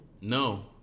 No